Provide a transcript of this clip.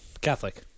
Catholic